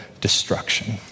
destruction